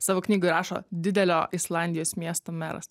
savo knygoj rašo didelio islandijos miesto meras